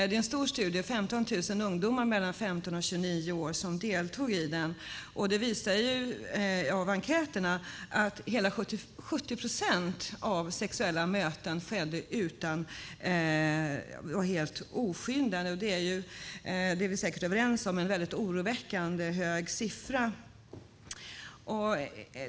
Det är en stor studie, som 15 000 ungdomar mellan 15 och 29 år deltog i. Enkäterna visar att hela 70 procent av de sexuella mötena sker helt oskyddat, och vi är säkert överens om att det är en oroväckande hög siffra.